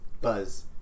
Buzz